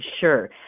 Sure